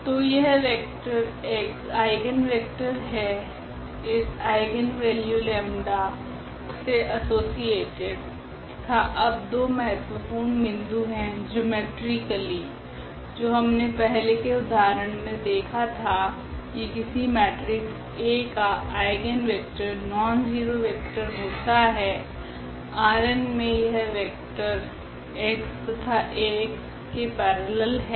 तो यह vector x eigenvector है इस आइगनवेल्यू लेम्डा 𝜆 से असोसिएटड तथा अब दो महत्वपूर्ण बिन्दु है ज्योमेट्रिकली जो हमने पहले के उदाहरण मे देखा था की किसी मेट्रिक्स A का आइगनवेक्टर नॉनज़ीरो वेक्टर होता है Rn मे यह वेक्टर x इस Ax के पेरेलल है